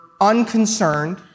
unconcerned